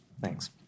Thanks